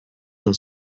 dans